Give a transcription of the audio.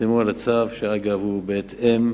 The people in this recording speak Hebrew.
יחתמו על הצו, שאגב הוא בהתאם